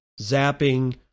zapping